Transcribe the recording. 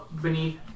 beneath